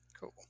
cool